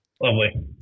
Lovely